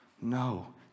No